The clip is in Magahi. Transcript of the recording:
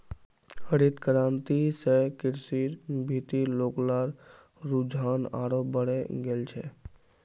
हरित क्रांति स कृषिर भीति लोग्लार रुझान आरोह बढ़े गेल छिले